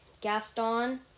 Gaston